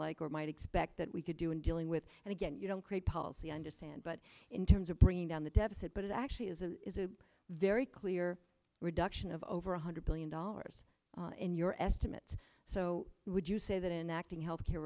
like or might expect that we could do in dealing with and again you don't create policy understand but in terms of bringing down the deficit but it actually is a is a very clear reduction of over one hundred billion dollars in your estimate so would you say that enacting health care